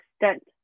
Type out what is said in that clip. extent